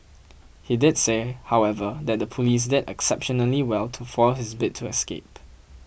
he did say however that the police did exceptionally well to foil his bid to escape